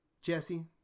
Jesse